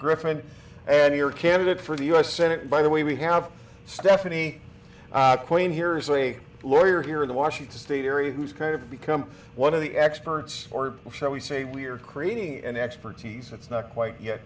griffen and your candidate for the u s senate by the way we have stephanie queen here is a lawyer here in the washington state area who's kind of become one of the experts or shall we say we're creating an expertise that's not quite yet